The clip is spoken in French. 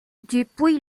depuis